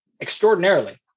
extraordinarily